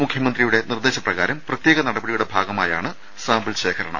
മുഖ്യമന്ത്രിയുടെ നിർദേശ പ്രകാരം പ്രത്യേക നടപടിയുടെ ഭാഗമായാണ് സാമ്പിൾ ശേഖരണം